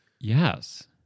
Yes